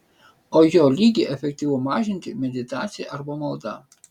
o jo lygį efektyvu mažinti meditacija arba malda